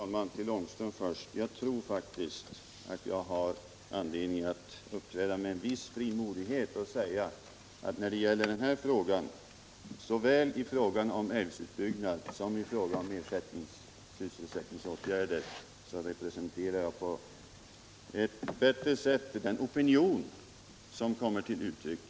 Herr talman! För det första till Rune Ångström: Jag tror faktiskt att jag med en viss frimodighet kan säga, att när det gäller såväl frågan om älvutbyggnaden som frågan om åtgärder för ersättningssysselsättning representerar jag en mycket bred opinion i Vindelälvsområdet.